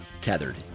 Tethered